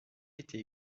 était